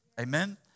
Amen